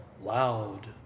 loud